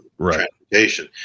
transportation